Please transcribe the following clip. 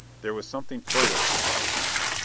there was something furtive about his manner,